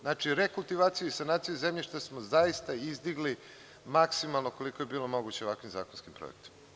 Znači, rekultivaciju i sanaciju zemljišta smo zaista izdigli maksimalno koliko je bilo moguće ovakvim zakonskim projektom.